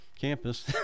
campus